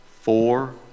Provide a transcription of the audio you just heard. four